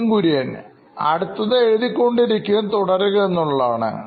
Nithin Kurian COO Knoin Electronics അടുത്തത്എഴുതിക്കൊണ്ടിരിക്കുന്നത് തുടരുക എന്നുള്ളതാണ്